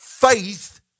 Faith